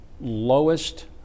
lowest